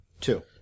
two